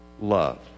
love